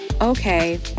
Okay